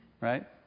Right